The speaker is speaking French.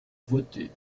voter